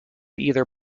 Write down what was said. either